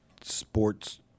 sports